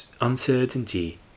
uncertainty